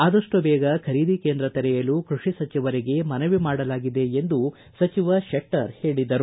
ಆದಷ್ಟು ಬೇಗ ಖರೀದಿ ಕೇಂದ್ರ ತೆರೆಯಲು ಕ್ಸಷಿ ಸಚಿವರಿಗೆ ಮನವಿ ಮಾಡಲಾಗಿದೆ ಎಂದು ಸಚಿವರು ಹೇಳಿದರು